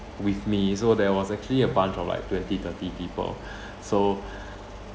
with me so there was actually a bunch of like twenty thirty people so